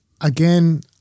Again